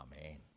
amen